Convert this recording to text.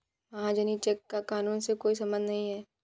महाजनी चेक का कानून से कोई संबंध नहीं है